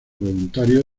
voluntarios